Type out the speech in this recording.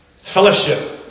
Fellowship